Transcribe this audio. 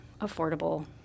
affordable